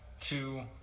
two